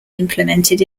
implemented